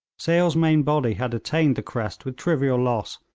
sale's main body had attained the crest with trivial loss,